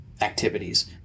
activities